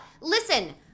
Listen